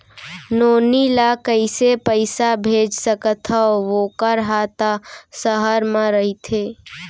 नोनी ल कइसे पइसा भेज सकथव वोकर हा त सहर म रइथे?